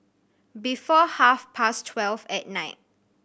before half past twelve at night